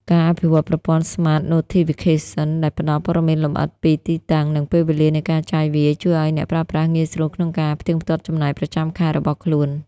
ការអភិវឌ្ឍប្រព័ន្ធ Smart Notification ដែលផ្ដល់ព័ត៌មានលម្អិតពីទីតាំង និងពេលវេលានៃការចាយវាយ ជួយឱ្យអ្នកប្រើប្រាស់ងាយស្រួលក្នុងការផ្ទៀងផ្ទាត់ចំណាយប្រចាំខែរបស់ខ្លួន។